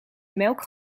melk